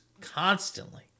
constantly